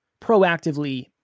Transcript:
proactively